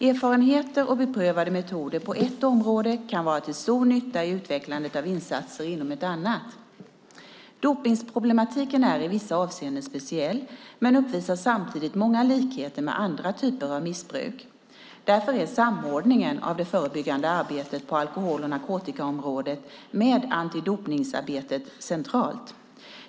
Erfarenheter och beprövade metoder på ett område kan vara till stor nytta i utvecklandet av insatser inom ett annat. Dopningsproblematiken är i vissa avseenden speciell men uppvisar samtidigt många likheter med andra typer av missbruk. Därför är samordningen av det förebyggande arbetet på alkohol och narkotikaområdet med antidopningsarbetet central.